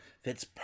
fits